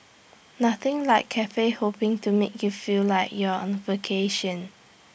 nothing like Cafe hopping to make you feel like you're on A vacation